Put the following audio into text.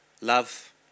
love